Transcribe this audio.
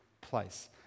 Place